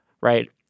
right